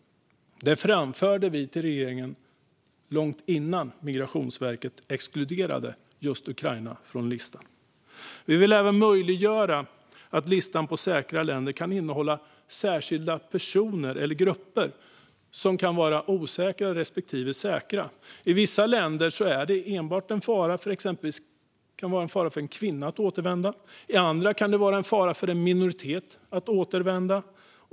Det framförde vi till regeringen långt innan Migrationsverket exkluderade just Ukraina från listan. Vi vill även möjliggöra att listan över säkra länder kan innehålla särskilda personer eller grupper som kan vara osäkra respektive säkra. I vissa länder kan det exempelvis vara en fara enbart för en kvinna att återvända. I andra länder kan det vara en fara för en minoritet att återvända.